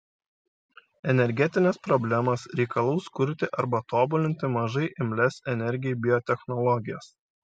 energetinės problemos reikalaus kurti arba tobulinti mažai imlias energijai biotechnologijas